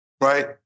Right